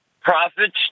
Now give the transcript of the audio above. profits